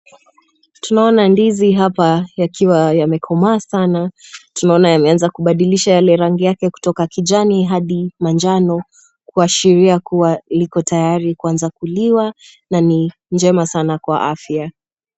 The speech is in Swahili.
Tunaona ndizi hapa yakiwa yamekomaa sana tunaona yameanza kubadilisha yale rangi yake kutoka kijani hadi manjano, kuashiria kuwa liko tayari kuanza kuliwa na ni njema sana kwa afya.